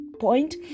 point